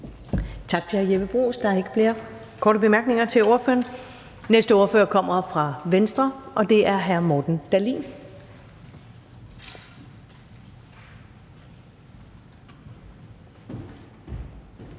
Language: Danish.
Tak til hr. Jeppe Bruus. Der er ikke flere korte bemærkninger til ordføreren. Den næste ordfører kommer fra Venstre, og det er hr. Morten Dahlin.